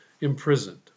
imprisoned